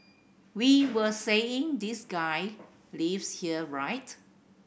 we were saying this guy lives here right